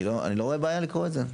אני לא רואה בעיה לקרוא את זה.